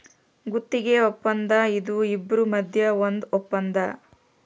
ಗುತ್ತಿಗೆ ವಪ್ಪಂದ ಇದು ಇಬ್ರು ಮದ್ಯ ಒಂದ್ ವಪ್ಪಂದ